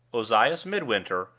ozias midwinter,